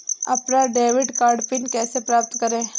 अपना debit card PIN कैसे प्राप्त करें?